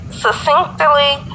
succinctly